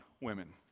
women